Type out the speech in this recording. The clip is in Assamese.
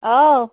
ঔ